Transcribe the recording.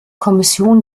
kommission